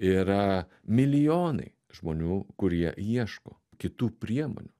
yra milijonai žmonių kurie ieško kitų priemonių